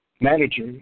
manager